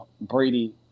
Brady